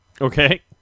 okay